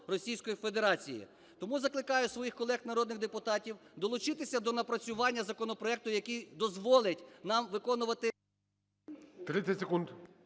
Російської Федерації. Тому закликаю своїх колег народних депутатів долучитися до напрацювання законопроекту, який дозволить нам виконувати… ГОЛОВУЮЧИЙ. 30 секунд.